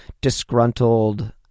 disgruntled